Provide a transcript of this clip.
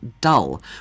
Dull